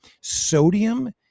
sodium